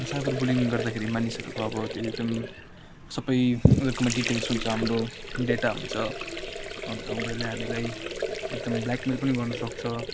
cyber bullying गर्दाखेरि मानिसहरूको अब त्यो एकदम सबै उनीहरूकोमा डिटेल्स हुन्छ हाम्रो डेटा हुन्छ अन्त उनीहरूले हामीलाई एकदम ब्ल्याकमेल पनि गर्नसक्छ